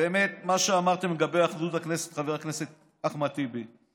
מה שאמרת לגבי אחדות הכנסת, חבר הכנסת אחמד טיבי.